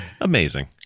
amazing